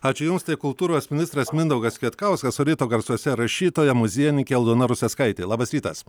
ačiū jums tai kultūros ministras mindaugas kvietkauskas o ryto garsuose rašytoja muziejininkė aldona ruseckaitė labas rytas